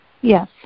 Yes